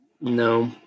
no